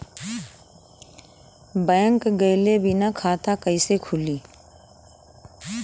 Bank गइले बिना खाता कईसे खुली?